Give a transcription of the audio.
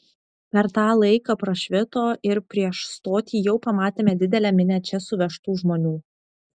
per tą laiką prašvito ir prieš stotį jau pamatėme didelę minią čia suvežtų žmonių